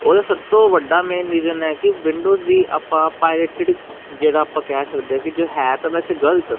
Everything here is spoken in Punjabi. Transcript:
ਉਹਦਾ ਸਭ ਤੋਂ ਵੱਡਾ ਮੇਨ ਰੀਜ਼ਨ ਹੈ ਕਿ ਵਿੰਡੋਜ ਦੀ ਆਪਾਂ ਪਾਇਰੇਟਡ ਜਿਹੜਾ ਆਪਾਂ ਕਹਿ ਸਕਦੇ ਆ ਕਿ ਜੋ ਹੈ ਤਾਂ ਵੈਸੇ ਗਲਤ